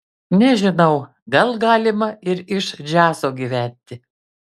nežinau gal galima ir iš džiazo gyventi